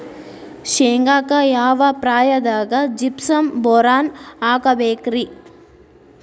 ಶೇಂಗಾಕ್ಕ ಯಾವ ಪ್ರಾಯದಾಗ ಜಿಪ್ಸಂ ಬೋರಾನ್ ಹಾಕಬೇಕ ರಿ?